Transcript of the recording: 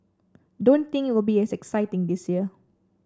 don't think it will be as exciting this year